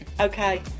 Okay